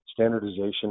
standardization